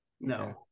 No